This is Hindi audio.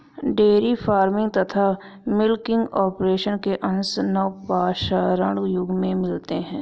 डेयरी फार्मिंग तथा मिलकिंग ऑपरेशन के अंश नवपाषाण युग में भी मिलते हैं